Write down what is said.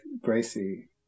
Gracie